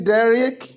Derek